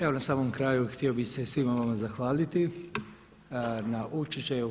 Evo na samom kraju, htio bih se svima vama zahvaliti na učešću.